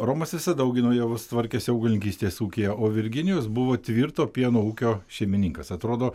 romas visada augino javus tvarkėsi augalininkystės ūkyje o virginijus buvo tvirto pieno ūkio šeimininkas atrodo